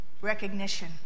Recognition